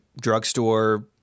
drugstore